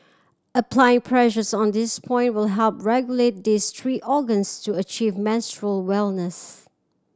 applying pressures on this point will help regulate these three organs to achieve menstrual wellness